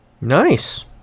Nice